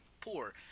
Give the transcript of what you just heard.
poor